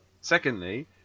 Secondly